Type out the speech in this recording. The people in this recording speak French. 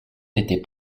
n’était